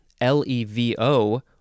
L-E-V-O